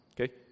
Okay